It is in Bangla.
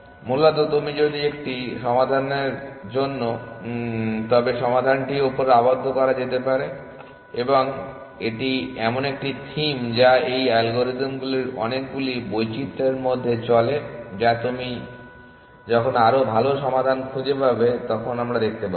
মূলত তুমি যদি একটি সমাধান জানো তবে সমাধানটি উপরে আবদ্ধ করা যেতে পারে এবং এটি এমন একটি থিম যা এই অ্যালগরিদমগুলির অনেকগুলি বৈচিত্র্যের মধ্যে চলে যা তুমি যখন আরও ভাল সমাধান খুঁজে পাবে তখন আমরা দেখতে পাবো